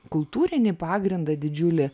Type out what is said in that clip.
kultūrinį pagrindą didžiulį